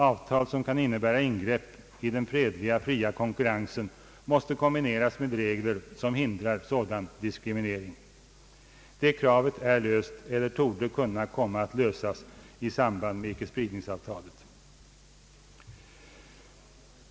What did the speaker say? Avtal som kan innebära ingrepp i den fredliga fria konkurrensen måste kombineras med regler som hindrar sådan diskriminering.» Det problemet är löst eller torde kunna komma att lösas i samband med icke-spridningsavtalet.